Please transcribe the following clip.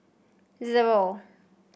zero